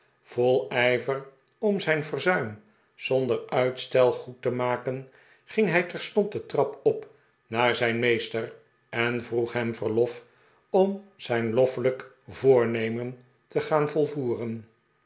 vol ijver om zijn verzuim zonder uitstel goed te maken ging hij terstond de trap op naar zijn meester en vroeg hem verlof om zijn loffelijk voornemen te gaan volvoeren